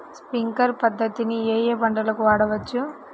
Sprinkler పద్ధతిని ఏ ఏ పంటలకు వాడవచ్చు?